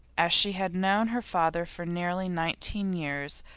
as she had known her father for nearly nineteen years,